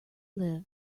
live